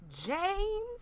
James